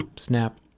um snap,